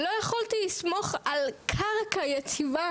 לא יכולתי לסמוך על קרקע יציבה